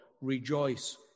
rejoice